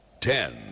Ten